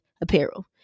apparel